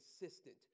consistent